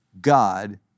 God